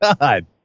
God